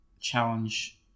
challenge